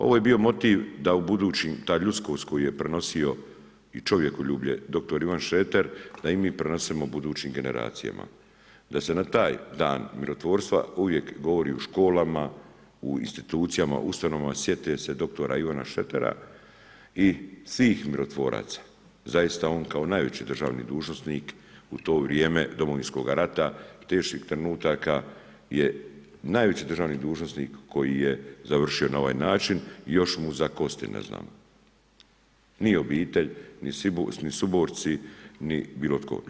Ovo je bio motiv da u budućim, ta ljudskost koju je prenosio i čovjekoljublje dr. Ivan Šreter, da i mi prenesemo budućim generacijama, da se na taj dan mirotvorstva uvijek govori u školama, institucijama, ustanovama sjete se dr. Ivana Šretera i svih mirotvoraca, zaista on kao najveći državni dužnosnik u to vrijeme Domovinskoga rata, teških trenutaka je najveći državni dužnosnik koji je završio na ovaj način i još mu za kosti ne znamo, ni obitelj, ni suborci, ni bilo tko.